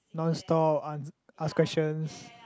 non stop ans~ ask questions